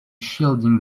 shielding